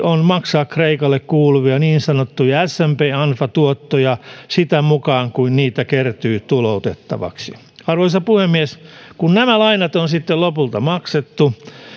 on maksaa kreikalle kuuluvia niin sanottuja smp ja anfa tuottoja sitä mukaa kuin niitä kertyy tuloutettaviksi arvoisa puhemies kun nämä lainat on sitten lopulta maksettu